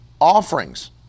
offerings